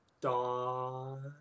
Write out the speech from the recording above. Dawn